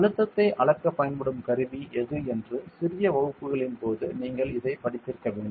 அழுத்தத்தை அளக்கப் பயன்படும் கருவி எது என்று சிறிய வகுப்புகளின் போது நீங்கள் இதைப் படித்திருக்க வேண்டும்